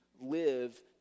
live